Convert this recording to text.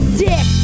dick